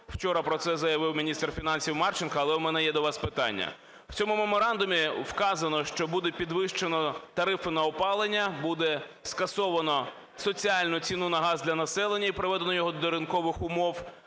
Вчора про це заявив міністр фінансів Марченко. Але в мене є до вас питання. В цьому меморандумі вказано, що буде підвищено тарифи на опалення, буде скасовано соціальну ціну на газ для населення і приведення його до ринкових умов.